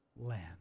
land